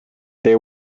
they